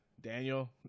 daniel